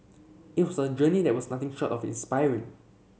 it was a journey that was nothing short of the inspiring